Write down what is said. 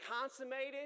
consummated